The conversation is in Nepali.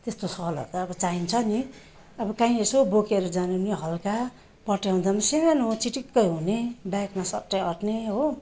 त्यस्तो सलहरू त अब चाहिन्छ नि अब कहीँ यसो बोकेर जानु पनि हल्का पट्ट्याउँदा पनि सानो चिटिक्क् हुने ब्यागमा सट्टै आट्ने हो